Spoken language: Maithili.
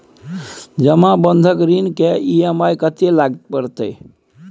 जमा बंधक ऋण के ई.एम.आई कत्ते परतै?